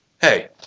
hey